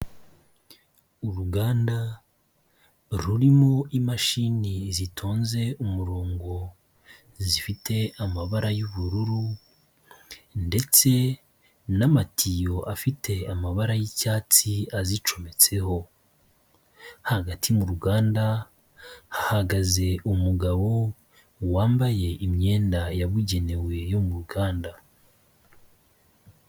Uruganda rurimo imashini zitonze umurongo zifite amabara y'ubururu ndetse n'amatiyo afite amabara y'icyatsi azicometseho, hagati mu ruganda hahagaze umugabo wambaye imyenda yabugenewe yo mu ruganda.